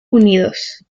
unidos